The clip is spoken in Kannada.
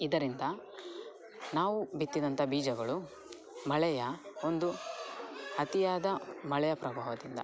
ಇದರಿಂದ ನಾವು ಬಿತ್ತಿದಂತಹ ಬೀಜಗಳು ಮಳೆಯ ಒಂದು ಅತಿಯಾದ ಮಳೆಯ ಪ್ರಭಾವದಿಂದ